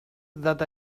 that